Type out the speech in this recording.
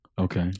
Okay